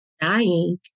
dying